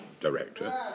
director